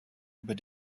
über